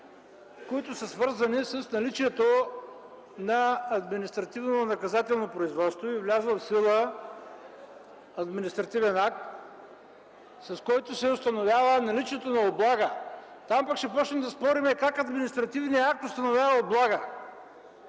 които са свързани с наличието на административнонаказателно производство и влязъл в сила административен акт, с който се установява наличието на облага. Там пък ще започнем да спорим как административният акт установява облага.